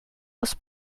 aus